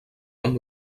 amb